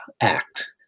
act